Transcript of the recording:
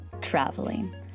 traveling